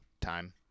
time